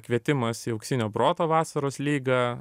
kvietimas į auksinio proto vasaros lygą